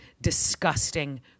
disgusting